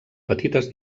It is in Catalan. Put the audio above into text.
petites